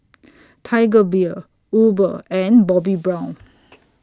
Tiger Beer Uber and Bobbi Brown